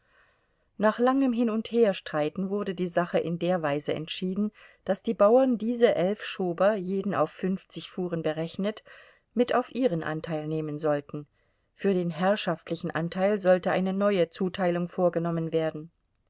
nach langem hinundherstreiten wurde die sache in der weise entschieden daß die bauern diese elf schober jeden auf fünfzig fuhren berechnet mit auf ihren anteil nehmen sollten für den herrschaftlichen anteil sollte eine neue zuteilung vorgenommen werden